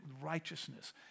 righteousness